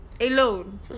alone